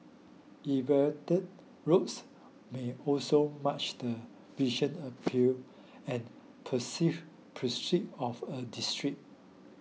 elevated roads may also march the visual appeal and perceive prestige of a district